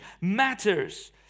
matters